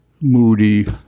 moody